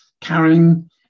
carrying